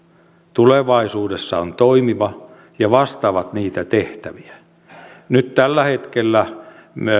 tulevaisuudessa on toimiva ja vastaa niitä tehtäviä nyt tällä hetkellä